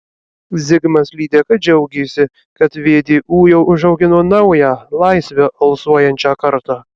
zigmas lydeka džiaugėsi kad vdu jau užaugino naują laisve alsuojančią kartą